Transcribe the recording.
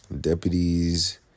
Deputies